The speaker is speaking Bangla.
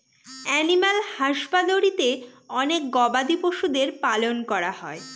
এনিম্যাল হাসবাদরীতে অনেক গবাদি পশুদের পালন করা হয়